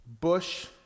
Bush